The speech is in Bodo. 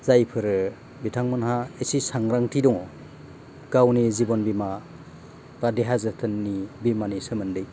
जायफोरो बिथांमोनहा एसे सांग्रांथि दङ गावनि जिबन बिमा बा देहा जोथोननि बिमानि सोमोन्दै